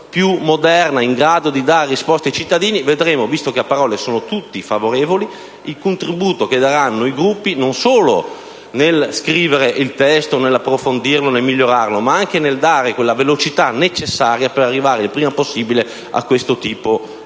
più moderna in grado di dare risposte ai cittadini) a parole sono tutti favorevoli, vedremo il contributo che daranno i Gruppi, non solo nello scrivere il testo, nell'approfondirlo e nel migliorarlo, ma anche nel dare quella velocità necessaria per arrivare il prima possibile a questo tipo di riforma.